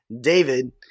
David